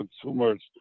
consumers